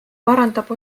parandab